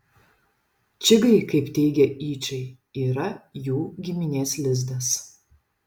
čigai kaip teigia yčai yra jų giminės lizdas